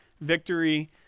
victory